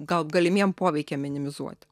gal galimiem poveikiam minimizuot